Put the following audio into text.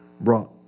brought